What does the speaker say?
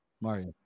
Mario